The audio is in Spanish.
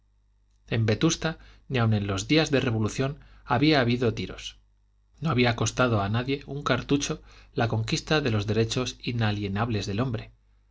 en vetusta ni aun en los días de revolución había habido tiros no había costado a nadie un cartucho la conquista de los derechos inalienables del hombre